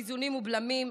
באיזונים ובלמים,